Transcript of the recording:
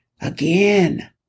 Again